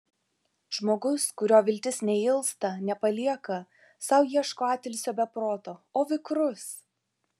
žmogus kurio viltis neilsta nepalieka sau ieško atilsio be proto o vikrus